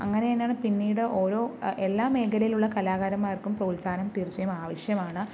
അങ്ങനെ തന്നെയാണ് പിന്നീട് ഓരോ എല്ലാ മേഖലയിലുള്ള കലാകാരന്മാർക്കും പ്രോത്സാഹനം തീർച്ചയായും ആവശ്യമാണ്